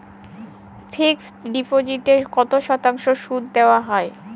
Fixed ডিপোজিটে কত শতাংশ সুদ দেওয়া হয়?